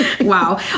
Wow